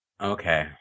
Okay